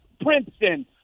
Princeton